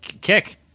kick